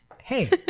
Hey